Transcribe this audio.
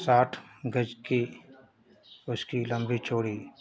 साठ गज कि उसकी लंबी चौड़ी